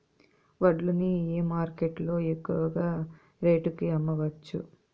వడ్లు ని ఏ మార్కెట్ లో ఎక్కువగా రేటు కి అమ్మవచ్చు?